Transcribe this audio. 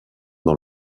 dans